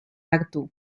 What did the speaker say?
artù